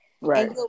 Right